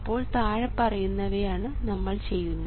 അപ്പോൾ താഴെപ്പറയുന്നവയാണ് നമ്മൾ ചെയ്യുന്നത്